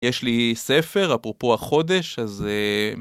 יש לי ספר, אפרופו החודש, אז...